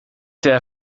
der